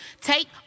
Take